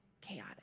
chaotic